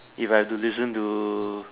if I have to listen to